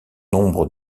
nombre